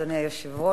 אדוני היושב-ראש,